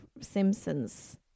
Simpsons